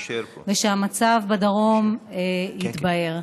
ושהמצב בדרום יתבהר.